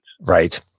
Right